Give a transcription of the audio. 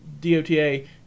DOTA